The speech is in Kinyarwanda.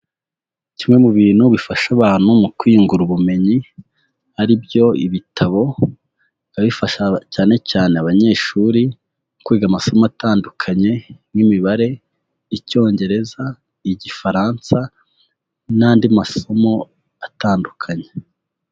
Kimwe mu bintu bifasha abantu mu kwiyungura ubumenyi, ari byo ibitabo biba bifasha cyane cyane abanyeshuri, kwiga amasomo atandukanye nk'imibare, icyongereza, igifaransa n'andi masomo atandukanye.